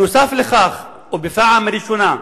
נוסף על כך ובפעם ראשונה,